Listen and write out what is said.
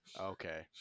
okay